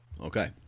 Okay